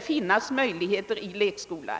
få möjlighet att börja i lekskola.